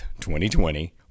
2020